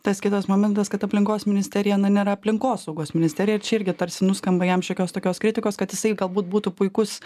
tas kitas momentas kad aplinkos ministerija na nėra aplinkosaugos ministerija čia irgi tarsi nuskamba jam šiokios tokios kritikos kad jisai galbūt būtų puikus